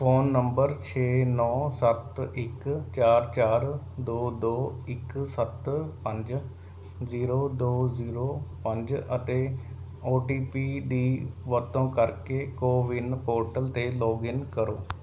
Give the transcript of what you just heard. phone number ਛੇ ਨੌ ਸੱਤ ਇੱਕ ਚਾਰ ਚਾਰ ਦੋ ਦੋ ਇੱਕ ਸੱਤ ਪੰਜ ਜ਼ੀਰੋ ਦੋ ਜ਼ੀਰੋ ਪੰਜ ਅਤੇ ਓ ਟੀ ਪੀ ਦੀ ਵਰਤੋਂ ਕਰਕੇ ਕੋਵਿਨ ਪੋਰਟਲ 'ਤੇ ਲੌਗਇਨ ਕਰੋ